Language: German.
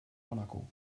monaco